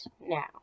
now